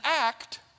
act